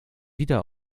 wieder